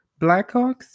Blackhawks